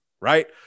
right